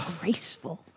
graceful